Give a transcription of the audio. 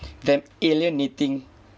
them alienating